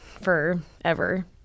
forever